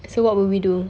so what will we do